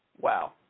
Wow